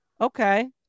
okay